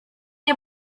nie